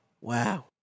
Wow